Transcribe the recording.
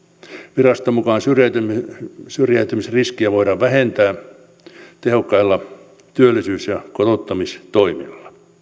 viraston mukaan syrjäytymisriskiä syrjäytymisriskiä voidaan vähentää tehokkailla työllisyys ja kotouttamistoimilla